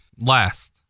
Last